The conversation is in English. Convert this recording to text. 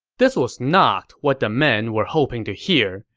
this was not what the men were hoping to hear,